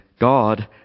God